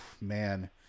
man